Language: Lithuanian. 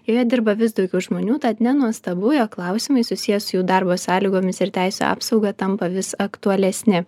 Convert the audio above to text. joje dirba vis daugiau žmonių tad nenuostabu jog klausimai susiję su jų darbo sąlygomis ir teisių apsauga tampa vis aktualesni